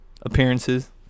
appearances